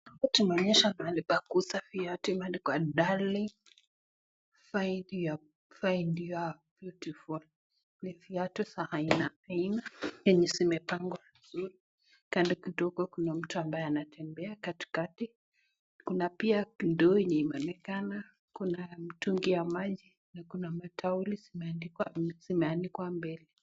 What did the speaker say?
Hapa tunaoneshwa mahali pa kuuza viazi ambapo pameandikwa DARLING Find your beautiful .Ni viatu aina aina ambazo zimepangwa vizuri , kando kidogo kuna mtu anatembea katikati, kuna pia ndoo enye inaonekana , kuna pia mtungi ya maji na kunamataulo zimeanikwa mbele.